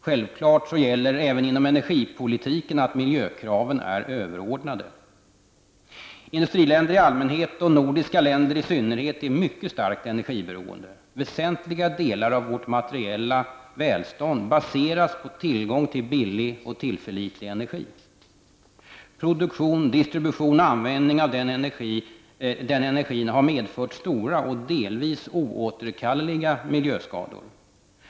Självfallet gäller även inom energipolitiken att miljökraven är överordnade. Industriländer i allmänhet och nordiska länder i synnerhet är mycket starkt energiberoende. Väsentliga delar av vårt materiella välstånd baseras på tillgång till billig och tillförlitlig energi. Produktion, distribution och användning av den energin har medfört stora och delvis oåterkalleliga miljöskador.